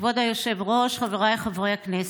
כבוד היושב-ראש, חבריי חברי הכנסת,